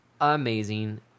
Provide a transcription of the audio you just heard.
amazing